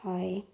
হয়